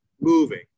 moving